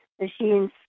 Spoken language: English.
machines